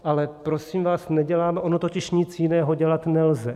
Ale prosím vás neděláme... ono totiž nic jiného dělat nelze.